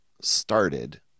started